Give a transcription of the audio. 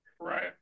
Right